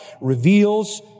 reveals